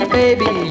baby